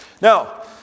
Now